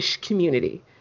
community